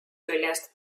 küljest